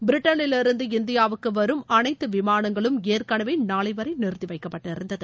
பிரிட்டனிலிருந்து இந்தியாவுக்கு வரும் அனைத்து விமாளங்களும் ஏற்கனவே நாளை வரை நிறுத்தி வைக்கப்பட்டிருந்தது